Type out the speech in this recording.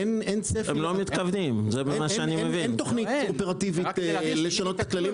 אין תוכנית אופרטיבית לשנות את הכללים.